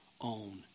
own